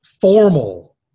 formal